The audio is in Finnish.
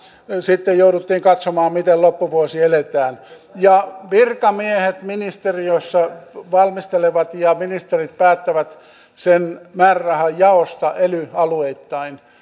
sitten jouduttiin katsomaan miten loppuvuosi eletään virkamiehet ministeriöissä valmistelevat ja ministerit päättävät sen määrärahan jaosta ely alueittain